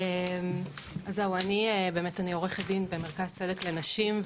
אני באמת אני עו"ד במרכז צדק לנשים,